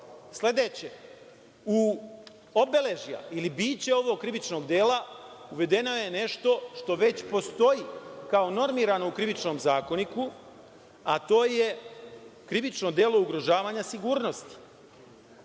praćenje. Sledeće, obeležja ili bića ovog krivičnog dela uvedeno je nešto što već postoji kao normirano u Krivičnom zakoniku, a to je krivično delo ugrožavanja sigurnosti,